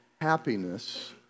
happiness